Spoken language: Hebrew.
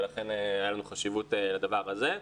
ולכן הייתה לנו חשיבות לדבר הזה.